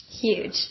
Huge